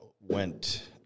went